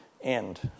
end